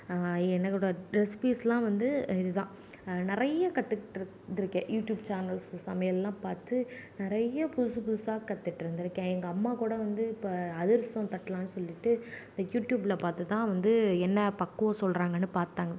என்னோடய ரெசிப்பீஸ்லாம் வந்து இதுதான் நிறைய கற்றுக்கிட்டு இருந்துகிட்டுருக்கேன் யூட்யூப் சேனல்ஸ் சமையெல்லாம் பார்த்து நிறைய புதுசு புதுசாக கற்றுட்டுருந்துருக்கேன் எங்கள் அம்மா கூட வந்து இப்போ அதிரசோம் தட்டலாம்னு சொல்லிட்டு வந்து இந்த யூட்யூப்புல பார்த்துதான் வந்து என்ன பக்குவம் சொல்றாங்கன்னு பார்த்தாங்க